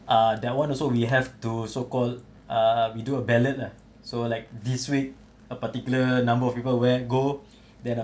ah that one also we have to so called err we do a ballot lah so like this week a particular number of people where go then ah